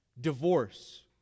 divorce